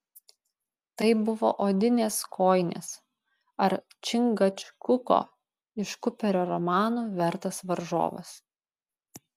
tai buvo odinės kojinės ar čingačguko iš kuperio romanų vertas varžovas